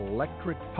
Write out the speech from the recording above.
Electric